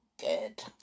good